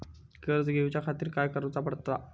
कर्ज घेऊच्या खातीर काय करुचा पडतला?